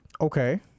Okay